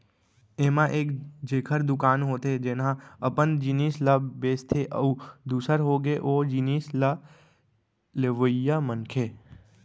ऐमा एक जेखर दुकान होथे जेनहा अपन जिनिस ल बेंचथे अउ दूसर होगे ओ जिनिस ल लेवइया मनखे